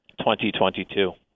2022